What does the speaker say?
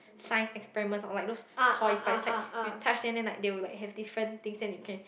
science experiments or like those toys but is like you touch then like they will like have different things then you can